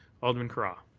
alderman carra.